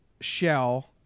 shell